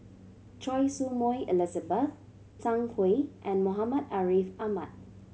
Choy Su Moi Elizabeth Zhang Hui and Muhammad Ariff Ahmad